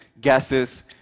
gases